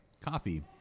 coffee